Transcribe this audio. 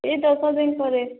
ଏହି ଦଶଦିନ ପରେ